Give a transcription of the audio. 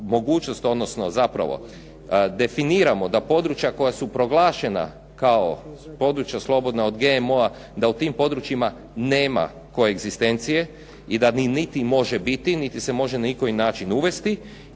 odnosno zapravo definiramo da područja koja su proglašena kao područja slobodna od GMO-a, da u tim područjima nema koegzistencije i da niti može biti niti se može na ikoji način uvesti